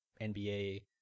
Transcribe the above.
NBA